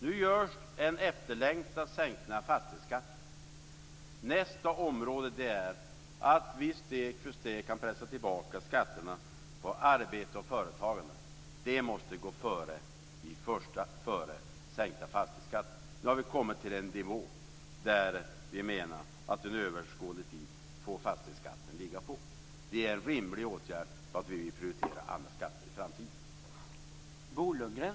Nu görs det en efterlängtad sänkning av fastighetsskatten. Nästa uppgift är att steg för steg pressa tillbaka skatterna på arbete och företagande. Det måste gå före sänkta fastighetsskatter. Nu har vi kommit till en nivå som vi menar att fastighetsskatten under överskådlig tid får ligga på. Det är en rimlig åtgärd för att vi vill prioritera andra skatter i framtiden.